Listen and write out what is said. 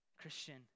Christian